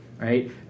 Right